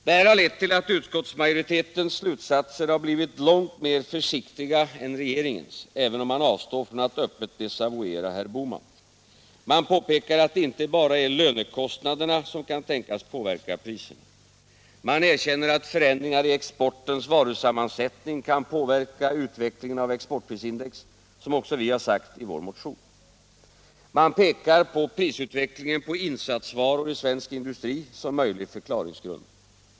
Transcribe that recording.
Detta har lett till att utskottsmajoritetens slutsatser har blivit långt mer försiktiga än regeringens, även om man avstår från att öppet desavouera herr Bohman. Man påpekar att det inte bara är lönekostnaderna som kan tänkas påverka priserna. Man erkänner att förändringar i exportens varusammansättning kan påverka utvecklingen av exportprisindex, såsom också vi sagt i vår motion. Man pekar på prisutvecklingen på insatsvaror i svensk industri som möjlig förklaringsgrund.